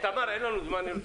תמר, אין לנו זמן.